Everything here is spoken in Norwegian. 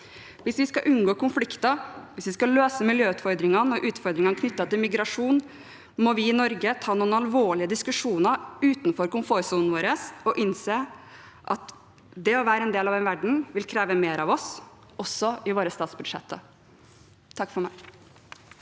Hvis vi skal unngå konflikter, hvis vi skal løse miljøutfordringene og utfordringene knyttet til migrasjon, må vi i Norge ta noen alvorlige diskusjoner utenfor komfortsonen vår og innse at det å være en del av en verden, vil kreve mer av oss, også i våre statsbudsjetter.